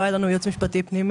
לא היה לנו יועץ משפטי פנימי.